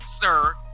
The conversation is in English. sir